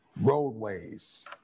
roadways